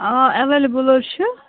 اَوا ایٚویلیبُل حظ چھُ